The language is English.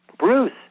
Bruce